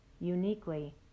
uniquely